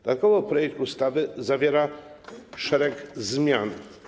Dodatkowo projekt ustawy zawiera szereg zmian.